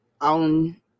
on